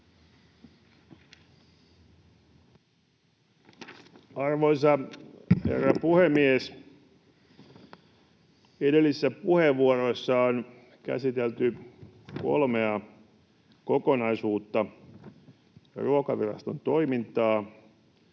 Arvoisa herra puhemies! Edellisissä puheenvuoroissa on käsitelty kolmea kokonaisuutta: Ruokaviraston toimintaa,